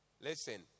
Listen